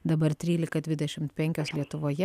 dabar trylika dvidešimt penkios lietuvoje